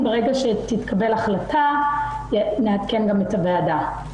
ברגע שתתקבל החלטה, נעדכן גם את הוועדה.